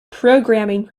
programming